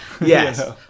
yes